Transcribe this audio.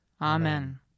Amen